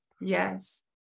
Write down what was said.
yes